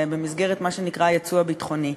במסגרת מה שנקרא היצוא הביטחוני.